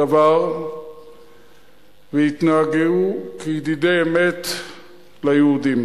בדבר והתנהגו כידידי אמת ליהודים.